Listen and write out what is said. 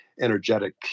energetic